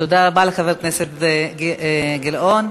תודה רבה לחבר הכנסת אילן גילאון.